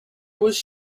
was